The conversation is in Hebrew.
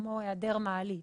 כמו היעדר מעלית.